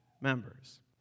members